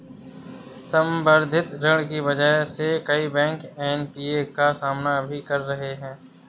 संवर्धित ऋण की वजह से कई बैंक एन.पी.ए का सामना भी कर रहे हैं